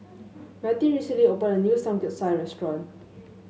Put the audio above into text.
Matie recently opened a new Samgeyopsal restaurant